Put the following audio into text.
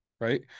right